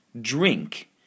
Drink